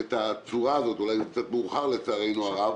את הצורה הזאת אולי זה קצת מאוחר, לצערנו הרב